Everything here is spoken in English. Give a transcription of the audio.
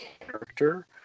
character